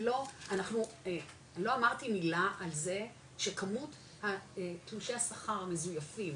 לא אמרתי מילה על זה שכמות תלושי השכר מזויפים,